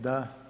Da.